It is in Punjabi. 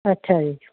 ਅੱਛਾ ਜੀ